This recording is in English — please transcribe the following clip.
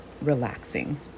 relaxing